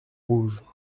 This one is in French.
rouge